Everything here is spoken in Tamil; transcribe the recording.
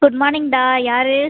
குட் மார்னிங் டா யார்